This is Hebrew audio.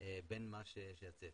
בין הצפי.